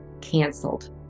canceled